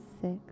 six